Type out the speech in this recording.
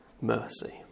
mercy